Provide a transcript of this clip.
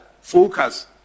focus